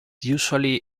usually